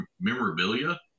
memorabilia